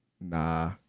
Nah